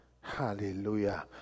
Hallelujah